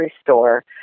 store